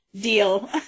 deal